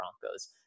Broncos